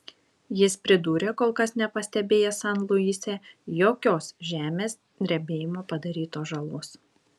jis pridūrė kol kas nepastebėjęs san luise jokios žemės drebėjimo padarytos žalos